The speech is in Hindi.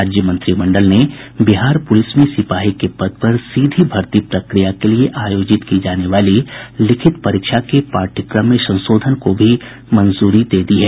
राज्यमंत्रिमंडल ने बिहार पुलिस में सिपाही के पद पर सीधी भर्ती प्रक्रिया के लिए आयोजित की जाने वाली लिखित परीक्षा के पाठ्यक्रम में संशोधन को भी मंजूरी दे दी है